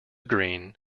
green